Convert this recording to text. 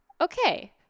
Okay